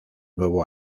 nuevo